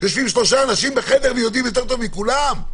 יושבים שלושה אנשים בחדר שיודעים יותר טוב מכולם?